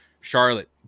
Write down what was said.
Charlotte